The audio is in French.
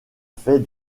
fait